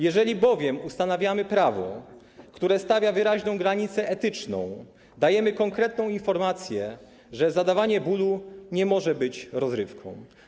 Jeżeli bowiem ustanawiamy prawo, które stawia wyraźną granicę etyczną, dajemy konkretną informację, że zadawanie bólu nie może być rozrywką.